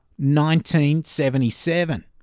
1977